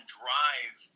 drive